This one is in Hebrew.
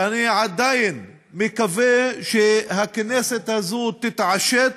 ואני עדיין מקווה שהכנסת הזאת תתעשת,